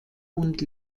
und